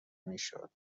میشد